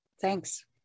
thanks